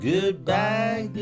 Goodbye